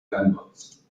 gunboats